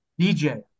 DJ